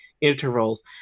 intervals